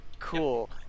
cool